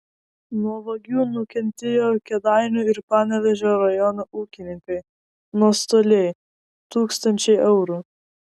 nuo vagių nukentėjo kėdainių ir panevėžio rajonų ūkininkai nuostoliai tūkstančiai eurų